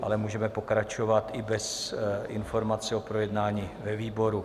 Ale můžeme pokračovat i bez informací o projednání ve výboru.